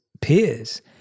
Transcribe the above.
peers